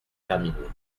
terminé